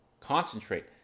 Concentrate